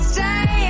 Stay